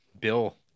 Bill